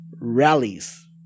rallies